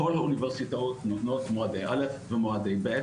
כל האוניברסיטאות נותנות מועדי א' ומועדי ב',